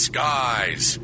Skies